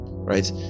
Right